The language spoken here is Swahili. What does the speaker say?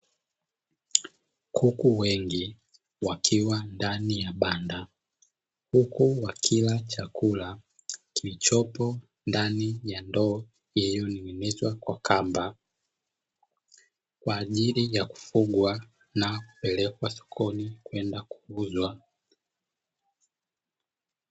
Kuku wengi wakiwa ndani ya banda huku wakila chakula kilichopo ndani ya ndoo iliyoning'inizwa Kwa kamba, kwa ajili ya kufugwa na kupelekwa sokoni kwenda kuuzwa.